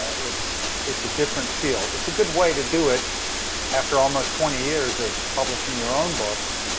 it's it's a different feel. it's a good way to do it after almost twenty years of publishing your own books,